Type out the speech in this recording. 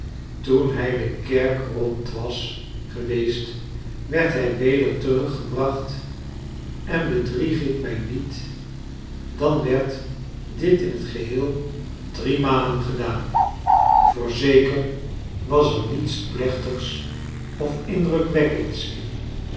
toen hij de kerk rond was geweest werd hij weder teruggebracht en bedrieg ik mij niet dan werd dit in het geheel driemalen gedaan voorzeker was er niets plechtigs of indrukwekkends in